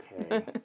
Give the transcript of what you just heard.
okay